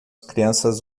crianças